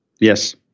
Yes